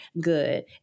good